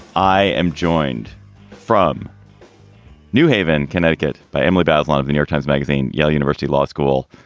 i am joined from new haven, connecticut, by emily bazelon of new york times magazine. yale university law school.